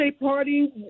party